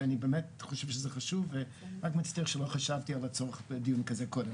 ואני חושב שזה חשוב ואני מצטער שלא חשבתי על הצורך בדיון כזה קודם.